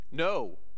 No